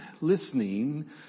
Listening